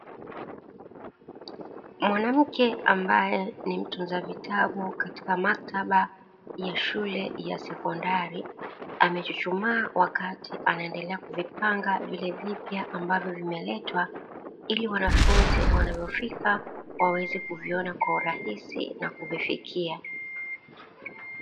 Mwanamke ambaye ni mtunza vitabu katika maktaba ya shule ya sekondari, amechuchumaa wakati akiwa anaendelea kuvipanga vile vipya ambavyo vimeletwa ili wanafunzi wanapofika waweza kuviona kwa urahisi na kuvifikia.